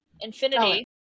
Infinity